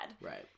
Right